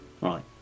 Right